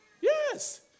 Yes